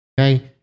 Okay